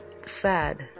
sad